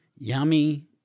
Yummy